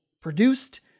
produced